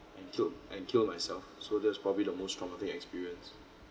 killed and kill myself so that's probably the most traumatic experience